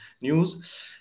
news